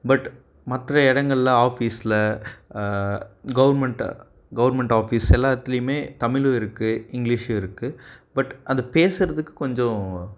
but மற்ற இடங்கள்ல ஆஃபீஸில் கவுர்ன்மெண்ட் கவுர்ன்மெண்ட் ஆஃபீஸ் எல்லாத்துலையுமே தமிழ் இருக்குது இங்கிலிஷ்ம் இருக்குது பட் அதை பேசுகிறதுக்கு கொஞ்சம்